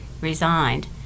resigned